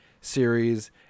series